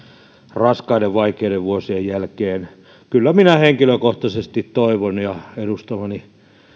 raskaiden vaikeiden vuosien jälkeen kyllä minä henkilökohtaisesti ja edustamani